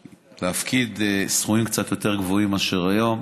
להפקיד סכומים קצת יותר גבוהים מאשר היום,